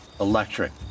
electric